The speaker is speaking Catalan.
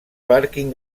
pàrquing